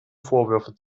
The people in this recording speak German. vorwürfe